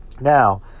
Now